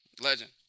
legend